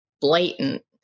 blatant